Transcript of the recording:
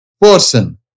Person